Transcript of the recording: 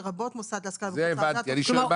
לרבות מוסד להשכלה --- הוא לא מחריג.